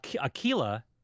Aquila